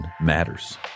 matters